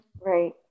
Right